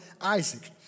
Isaac